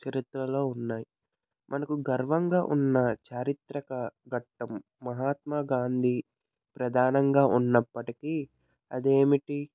చరిత్రలో ఉన్నాయి మనకు గర్వంగా ఉన్న చారిత్రక ఘట్టం మహాత్మాగాంధీ ప్రధానంగా ఉన్నప్పటికీ అదేమిటి